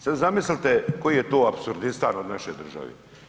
Sad zamislite koji je to apsurdistan od naše države.